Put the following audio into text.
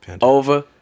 over